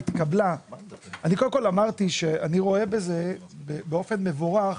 אני קודם כל אמרתי שאני רואה באופן מבורך